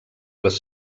les